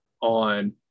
on